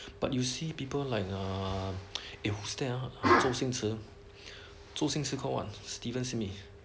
but you see people like uh who's that ah 周星驰周星驰 call what stephen smith